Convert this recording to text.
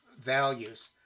values